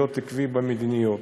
להיות עקבי במדיניות.